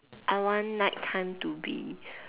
I want night time to be